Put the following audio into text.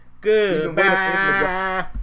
goodbye